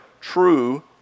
true